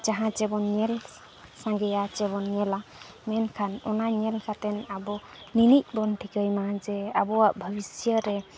ᱡᱟᱦᱟᱸ ᱪᱮ ᱵᱚᱱ ᱧᱮᱞ ᱥᱟᱸᱜᱮᱭᱟ ᱪᱮ ᱵᱚᱱ ᱧᱮᱞᱟ ᱢᱮᱱᱠᱷᱟᱱ ᱚᱱᱟ ᱧᱮᱞ ᱠᱟᱛᱮᱫ ᱟᱵᱚ ᱱᱤᱱᱟᱹᱜ ᱵᱚᱱ ᱴᱷᱤᱠᱟᱹᱭ ᱢᱟ ᱡᱮ ᱟᱵᱚᱣᱟᱜ ᱵᱷᱚᱵᱤᱥᱚ ᱨᱮ